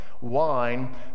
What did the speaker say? wine